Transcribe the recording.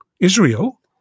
Israel